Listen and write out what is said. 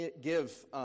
give